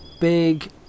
big